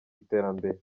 iterambere